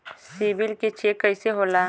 CIBIL check कइसे होला?